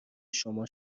شما